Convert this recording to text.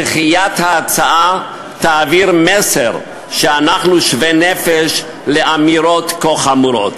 דחיית ההצעה תעביר מסר שאנחנו שווי נפש לאמירות כה חמורות.